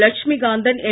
Lakshmikanthan என்